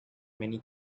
many